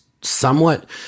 somewhat